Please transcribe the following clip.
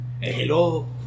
Hello